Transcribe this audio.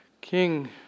King